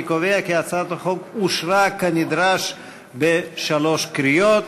אני קובע כי הצעת החוק אושרה כנדרש בשלוש קריאות.